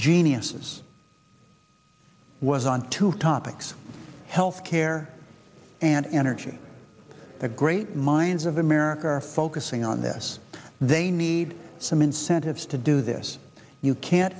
geniuses was on two topics health care and energy the great minds of america are focusing on this they need some incentives to do this you can't